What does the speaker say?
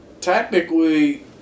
technically